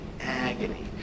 agony